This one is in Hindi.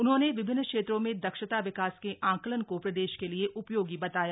उन्होंने भी विभिन्न क्षेत्रों में दक्षता विकास के आंकलन को प्रदेश के लिये उस्योगी बताया